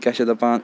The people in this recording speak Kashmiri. کیٛاہ چھِ دَپان